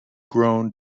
grown